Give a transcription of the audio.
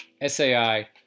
sai